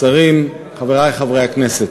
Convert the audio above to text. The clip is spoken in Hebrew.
שרים, חברי חברי הכנסת,